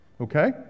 Okay